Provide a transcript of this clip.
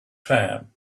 time